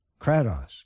Kratos